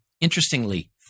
Interestingly